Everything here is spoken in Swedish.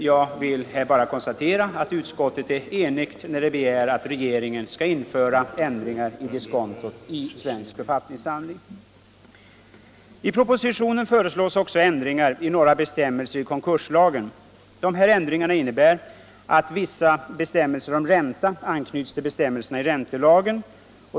Jag vill här bara konstatera att utskottet är enigt när det begär att regeringen skall införa uppgifter om ändringar i diskontot i Svensk författningssamling. I propositionen föreslås också ändringar av några bestämmelser i konkurslagen. De här ändringarna innebär att vissa bestämmelser om ränta anknyts till bestämmelserna i räntelagen.